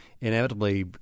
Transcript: inevitably